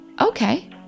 okay